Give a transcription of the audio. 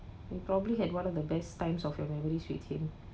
we probably had one of the best times of your memories with him